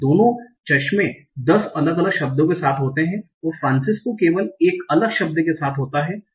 तो दोनों चश्मे दस अलग अलग शब्दों के साथ होते हैं और फ्रांसिस्को केवल एक अलग शब्द के साथ होता है